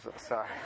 Sorry